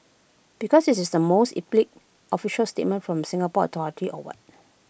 because is this the most epic official statement from A Singapore authority or what